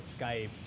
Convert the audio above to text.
Skype